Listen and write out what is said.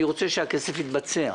ואני רוצה שהכסף יתבצע,